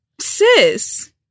sis